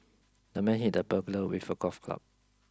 the man hit the burglar with a golf club